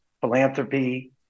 philanthropy